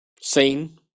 seen